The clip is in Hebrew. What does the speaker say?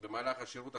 במהלך השירות,